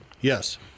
Yes